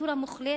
לדיקטטורה מוחלטת,